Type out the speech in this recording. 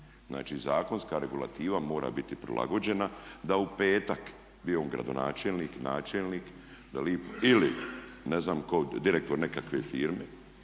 Znači, zakonska regulativa mora biti prilagođena da u petak bio on gradonačelnik, načelnik ili ne znam tko, direktor nekakve firme,